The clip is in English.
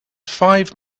five